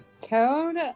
Toad